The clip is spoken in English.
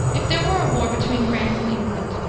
if there were a war between france and england,